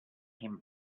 came